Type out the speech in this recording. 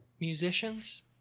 musicians